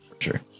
sure